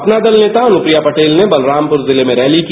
अपना दल नेता अनुप्रिया पटेल ने बलरामपुर जिले में रैली की